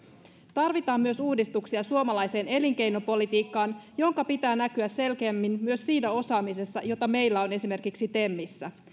tarvitaan myös uudistuksia suomalaiseen elinkeinopolitiikkaan jonka pitää näkyä selkeämmin myös siinä osaamisessa jota meillä on esimerkiksi temissä